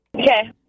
Okay